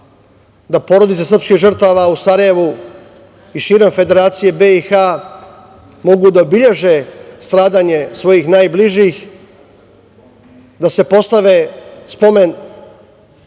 da porodice srpskih žrtava u Sarajevu i širom Federacije BiH mogu da obeleže stradanje svojih najbližih, da se postave spomen